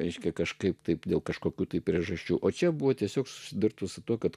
reiškia kažkaip taip dėl kažkokių priežasčių o čia buvo tiesiog susidurtų su tuo kad